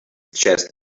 chest